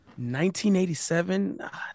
1987